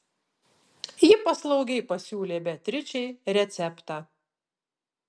ji paslaugiai pasiūlė beatričei receptą